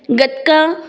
gatka